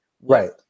Right